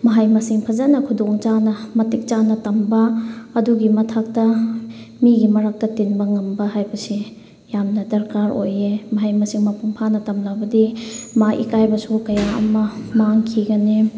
ꯃꯍꯩ ꯃꯁꯤꯡ ꯐꯖꯅ ꯈꯨꯗꯣꯡꯆꯥꯅ ꯃꯇꯤꯛ ꯆꯥꯅ ꯇꯝꯕ ꯑꯗꯨꯒꯤ ꯃꯊꯛꯇ ꯃꯤꯒꯤ ꯃꯔꯛꯇ ꯇꯤꯟꯕ ꯉꯝꯕ ꯍꯥꯏꯕꯁꯤ ꯌꯥꯝꯅ ꯗꯔꯀꯥꯔ ꯑꯣꯏꯌꯦ ꯃꯍꯩ ꯃꯁꯤꯡ ꯃꯄꯨꯡ ꯐꯥꯅ ꯇꯝꯂꯕꯗꯤ ꯃꯥ ꯏꯀꯥꯏꯕꯁꯨ ꯀꯌꯥ ꯑꯃ ꯃꯥꯡꯈꯤꯒꯅꯤ